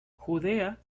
judea